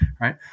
Right